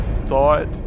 thought